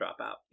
Dropout